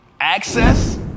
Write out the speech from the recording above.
access